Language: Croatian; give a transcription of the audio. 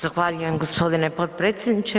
Zahvaljujem g. potpredsjedniče.